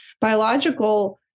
biological